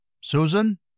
Susan